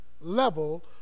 level